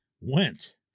went